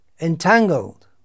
entangled